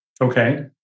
Okay